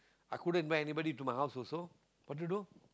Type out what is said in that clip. I couldn't invite anybody to my house also what to do